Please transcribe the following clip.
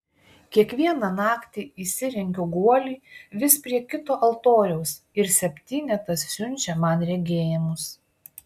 kiekvieną naktį įsirengiu guolį vis prie kito altoriaus ir septynetas siunčia man regėjimus